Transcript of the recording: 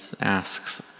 asks